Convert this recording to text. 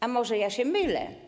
A może ja się mylę?